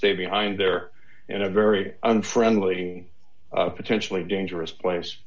stay behind there in a very unfriendly potentially dangerous place